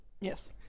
Yes